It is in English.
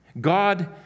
God